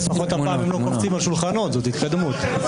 הפעם הם לא קופצים על שולחנות, זה התקדמות.